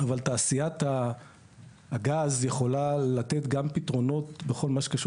אבל תעשיית הגז יכולה לתת גם פתרונות בכל מה שקשור